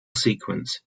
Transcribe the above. sequence